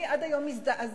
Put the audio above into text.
אני עד היום מזדעזעת,